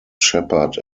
shepherd